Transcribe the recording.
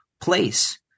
place